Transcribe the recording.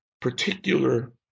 particular